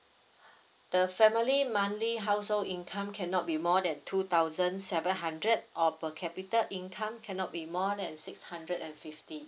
the family monthly household income cannot be more than two thousand seven hundred or per capita income cannot be more than six hundred and fifty